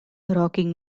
rocking